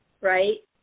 right